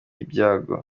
ibyago